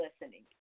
listening